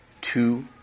two